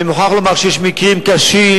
אני מוכרח לומר שיש מקרים קשים,